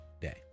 day